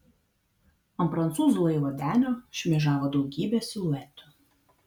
ant prancūzų laivo denio šmėžavo daugybė siluetų